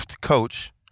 coach